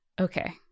okay